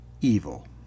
evil